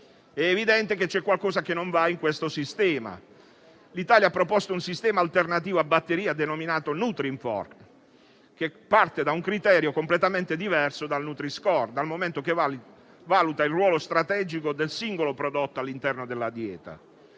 È evidente che c'è qualcosa che non va in questo sistema. L'Italia ha proposto un sistema alternativo a batteria denominato nutrinform, che parte da un criterio completamente diverso dal nutri-score, dal momento che valuta il ruolo strategico del singolo prodotto all'interno della dieta.